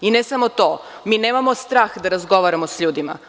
Ne samo to, mi nemamo strah da razgovaramo sa ljudima.